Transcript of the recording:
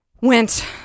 Went